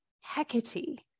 Hecate